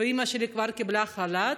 ואימא שלי כבר קיבלה חל"ת,